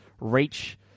reach